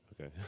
Okay